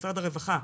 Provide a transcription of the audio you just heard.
משרד הרווחה.